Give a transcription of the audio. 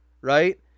Right